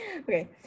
okay